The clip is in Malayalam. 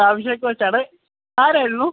ആ അഭിഷേക് മാഷാണ് ആരായിരുന്നു